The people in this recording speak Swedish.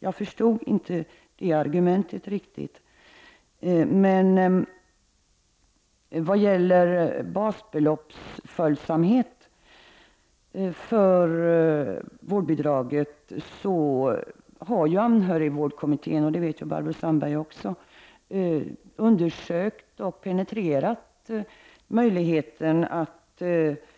Jag förstår, som sagt, inte riktigt det argumentet. Vad gäller basbeloppets följsamhet beträffande vårdbidraget har anhörigvårdkommittén — detta vet Barbro Sandberg också — penetrerat möjligheterna att